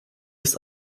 ist